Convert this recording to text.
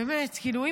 ביי, טלי, ביי.